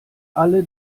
alle